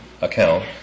account